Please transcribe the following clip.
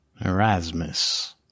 Erasmus